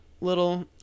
little